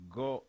go